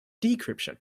decryption